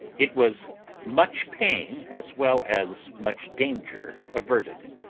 it was much pain as well as much danger averted.